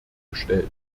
gestellt